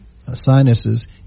sinuses